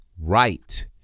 Right